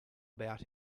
about